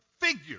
figure